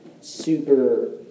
super